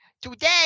today